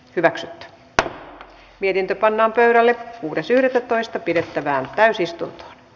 hyväksytyt mietintö pannaan pöydälle kuudes keskustelua ei syntynyt